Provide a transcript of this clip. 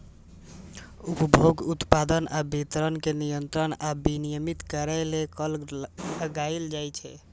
उपभोग, उत्पादन आ वितरण कें नियंत्रित आ विनियमित करै लेल कर लगाएल जाइ छै